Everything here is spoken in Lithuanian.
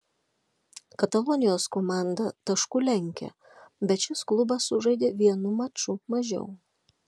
katalonijos komanda tašku lenkia bet šis klubas sužaidė vienu maču mažiau